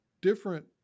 different